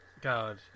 God